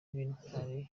b’intwari